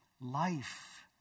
life